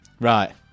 Right